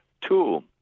Two